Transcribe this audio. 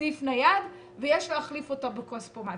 סניף נייד, ויש להחליף אותו בכספומט.